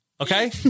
okay